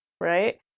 right